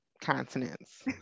continents